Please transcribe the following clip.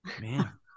Man